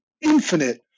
infinite